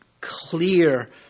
clear